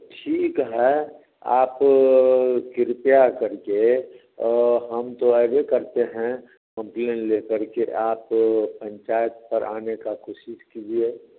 ठीक है आप कृपया कर के हम तो अबे करते हैं कंप्लेंट ले कर के आप पंचायत पर आने की कोशिश कीजिए